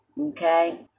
okay